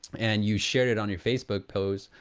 and you shared it on your facebook post,